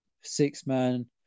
six-man